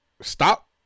stop